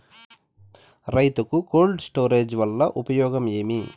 రైతుకు cold storage వల్ల ప్రయోజనం ఏమి?